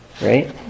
Right